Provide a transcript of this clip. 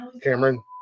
Cameron